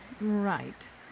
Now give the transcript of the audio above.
Right